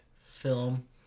film